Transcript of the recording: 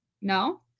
No